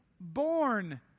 born